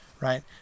Right